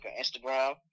instagram